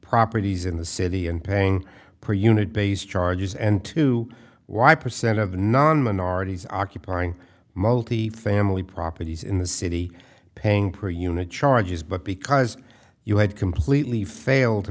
properties in the city and paying per unit based charges and two why percent of the non minorities occupying multi family properties in the city paying per unit charges but because you had completely failed to